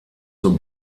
zur